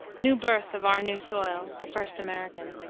new birth of our new soil, the first american.